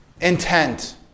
intent